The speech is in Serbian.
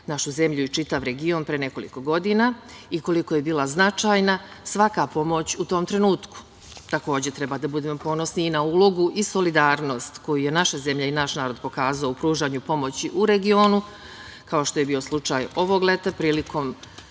našu zemlju i čitav region pre nekoliko godina i koliko je bila značajna svaka pomoć u tom trenutku. Takođe, treba da budemo ponosni i na ulogu i solidarnost koju je naša zemlja i naš narod pokazao u pružanju pomoći u regionu, kao što je bio slučaj ovog leta prilikom